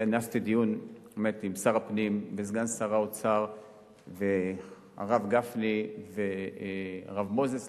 כינסתי דיון עם שר הפנים וסגן שר האוצר והרב גפני והרב מוזס,